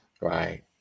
Right